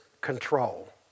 control